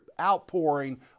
outpouring